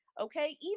Okay